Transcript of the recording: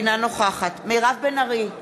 אינה נוכחת מירב בן ארי,